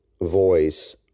voice